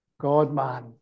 God-man